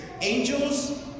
Angels